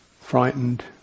frightened